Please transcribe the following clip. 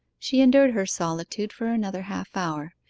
she endured her solitude for another half-hour,